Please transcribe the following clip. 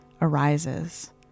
arises